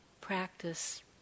practice